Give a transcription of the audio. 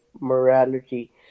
morality